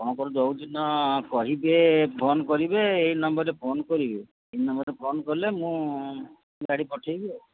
ଆପଣଙ୍କର ଯେଉଁଦିନ କହିବେ ଫୋନ୍ କରିବେ ଏଇ ନମ୍ବରରେ ଫୋନ୍ କରିବେ ଏଇ ନମ୍ବରରେ ଫୋନ୍ କଲେ ମୁଁ ଗାଡ଼ି ପଠାଇବି ଆଉ